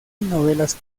novelas